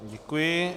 Děkuji.